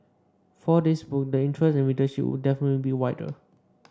for this book the interest and readership would definitely be wider